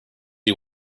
you